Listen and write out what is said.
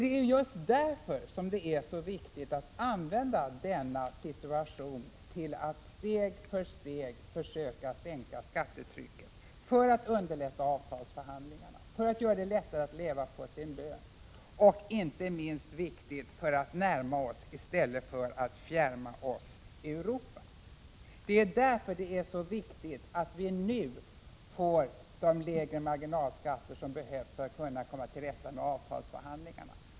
Det är just därför som det är så viktigt att använda denna situation till att steg för steg försöka sänka skattetrycket, för att underlätta avtalsförhandlingarna, för att göra det lättare att leva på sin lön och inte minst viktigt, för att närma oss, i stället för att fjärma oss, Europa. Det är därför som det är så viktigt att vi nu får de lägre marginalskatter som behövs för att vi skall kunna komma till rätta med avtalsförhandlingarna.